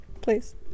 please